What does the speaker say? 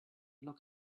look